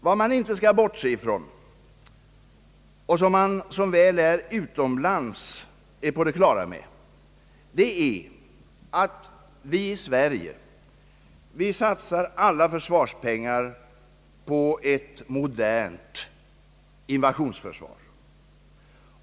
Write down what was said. Vad man inte skall bortse från — och vad man som väl är utomlands är på det klara med — är att vi i Sverige satsar alla försvarspengar på ett modernt invasionsförsvar.